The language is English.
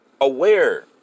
aware